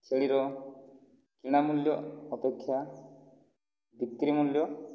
ଛେଳିର କିଣା ମୂଲ୍ୟ ଅପେକ୍ଷା ବିକ୍ରି ମୂଲ୍ୟ